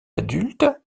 adultes